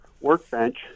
workbench